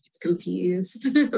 confused